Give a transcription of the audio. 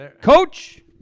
Coach